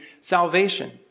salvation